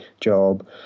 job